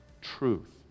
truth